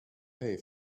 pay